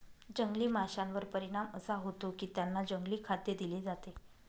जंगली माशांवर परिणाम असा होतो की त्यांना जंगली खाद्य दिले जाते